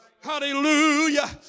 Hallelujah